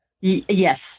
Yes